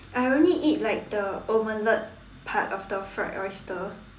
I only eat like the omelette part of the fried oyster